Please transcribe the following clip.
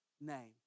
name